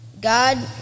God